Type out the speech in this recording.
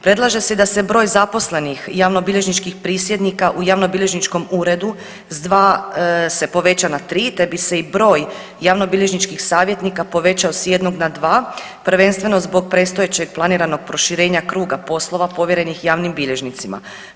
Predlaže se da se broj javnobilježničkih prisjednika u javnobilježničkom uredu s dva se poveća na tri te bi se i broj javnobilježničkih savjetnika povećao s jednog na dva, prvenstveno zbog predstojećeg planiranog proširenja kruga poslova povjerenih javnim bilježnicama.